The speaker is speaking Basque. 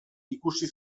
ikusi